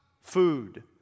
Food